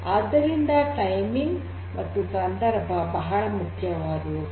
ಆದ್ದರಿಂದ ಸಮಯ ಮತ್ತು ಸಂದರ್ಭ ಬಹಳ ಮುಖ್ಯವಾದವುಗಳು